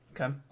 Okay